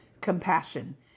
compassion